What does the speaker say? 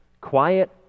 Quiet